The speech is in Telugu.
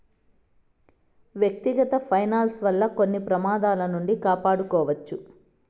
వ్యక్తిగత ఫైనాన్స్ వల్ల కొన్ని ప్రమాదాల నుండి కాపాడుకోవచ్చు